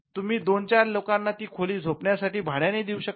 तुम्ही दोन चार लोकांना ती खोली झोपण्यासाठी भाड्याने देऊ शकता